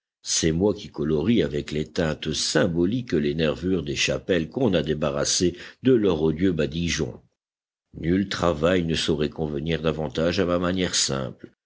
c'est moi qui colorie avec les teintes symboliques les nervures des chapelles qu'on a débarrassées de leur odieux badigeon nul travail ne saurait convenir davantage à ma manière simple